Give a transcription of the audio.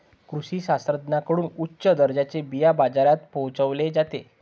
कृषी शास्त्रज्ञांकडून उच्च दर्जाचे बिया बाजारात पोहोचवले जाते